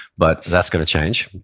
but that's gonna change,